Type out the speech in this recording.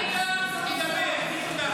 (חברת הכנסת טלי גוטליב יוצאת מאולם